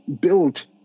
build